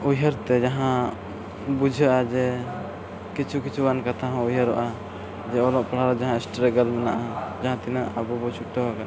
ᱩᱭᱦᱟᱹᱨ ᱛᱮ ᱡᱟᱦᱟᱸ ᱵᱩᱡᱷᱟᱹᱜᱼᱟ ᱡᱮ ᱠᱤᱪᱷᱩ ᱠᱤᱪᱷᱩᱜᱟᱱ ᱠᱟᱛᱷᱟ ᱦᱚᱸ ᱩᱭᱦᱟᱹᱨᱚᱜᱼᱟ ᱡᱮ ᱚᱞᱚᱜ ᱯᱟᱲᱦᱟᱣ ᱡᱟᱦᱟᱸᱭᱟᱜ ᱢᱮᱱᱟᱜᱼᱟ ᱡᱟᱦᱟᱸ ᱛᱤᱱᱟᱹᱜ ᱟᱵᱚ ᱵᱚᱱ ᱴᱷᱩᱴᱟᱹᱣ ᱟᱠᱟᱱᱟ